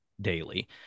daily